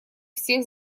всех